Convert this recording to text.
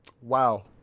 wow